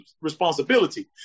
responsibility